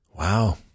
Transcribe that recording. Wow